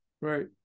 right